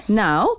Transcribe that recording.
now